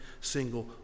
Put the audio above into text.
single